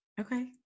Okay